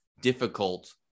difficult